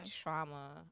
trauma